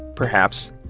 perhaps,